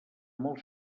molt